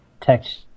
text